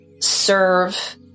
serve